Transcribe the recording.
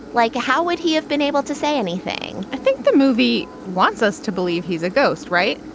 like how would he have been able to say anything i think the movie wants us to believe he's a ghost right.